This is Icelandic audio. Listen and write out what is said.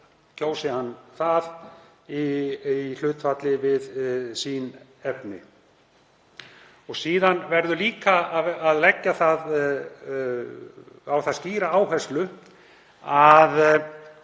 kjósi hann það, í hlutfalli við efni sín. Síðan verður líka að leggja á það skýra áherslu að